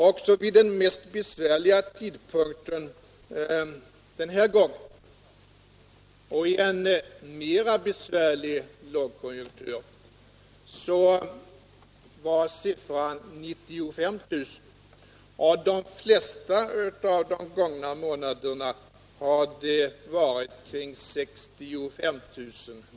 Också vid den mest besvärliga tidpunkten den här gången och i en svår lågkonjunktur var siffran 95 000. Under de flesta av de gångna månaderna har den varit kring 65 000.